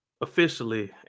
officially